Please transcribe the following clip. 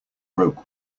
broke